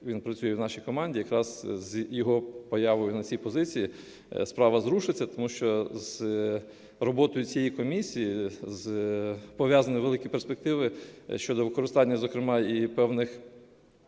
він працює в нашій команді, якраз з його появою на цій позиції справа зрушиться, тому що з роботою цієї комісії пов'язані великі перспективи щодо використання, зокрема, і певних